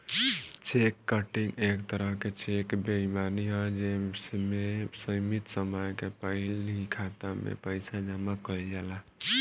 check cutting एक तरह के चेक बेईमानी ह जे में सीमित समय के पहिल ही खाता में पइसा जामा कइल जाला